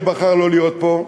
שבחר לא להיות פה,